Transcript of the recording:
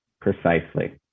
Precisely